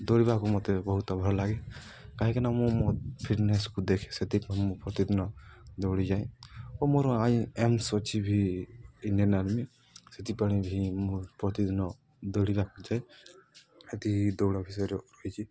ଦୌଡ଼ିବାକୁ ମୋତେ ବହୁତ ଭଲ ଲାଗେ କାହିଁକିନା ମୁଁ ମୋ ଫିଟ୍ନେସ୍କୁ ଦେଖେ ସେଥିପାଇଁ ମୁଁ ପ୍ରତିଦିନ ଦୌଡ଼ିଯାଏ ଓ ମୋର ଏମ୍ସ୍ ଅଛି ବି ଇଣ୍ଡିଆନ୍ ଆର୍ମି ସେଥିପାଇଁ ବି ମୁଁ ପ୍ରତିଦିନ ଦୌଡ଼ିବାକୁ ଯାଏ ଏଠି ଦୌଡ଼ ବିଷୟରେ ରହିଛି